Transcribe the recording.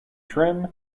trim